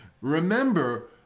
Remember